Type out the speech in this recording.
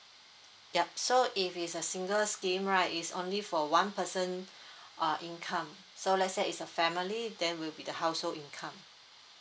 yup so if it's a single scheme right is only for one person uh income so let's say is a family then will be the household income